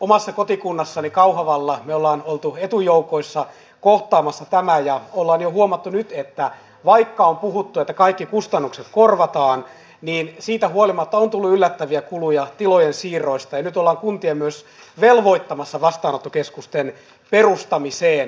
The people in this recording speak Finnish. omassa kotikunnassani kauhavalla me olemme olleet etujoukoissa kohtaamassa tämän ja olemme jo huomanneet nyt että vaikka on puhuttu että kaikki kustannukset korvataan niin siitä huolimatta on tullut yllättäviä kuluja tilojen siirroista ja nyt ollaan kuntia myös velvoittamassa vastaanottokeskusten perustamiseen